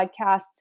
podcasts